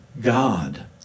God